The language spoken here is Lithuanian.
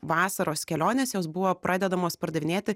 vasaros kelionės jos buvo pradedamos pardavinėti